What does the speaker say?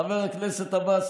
חבר הכנסת עבאס,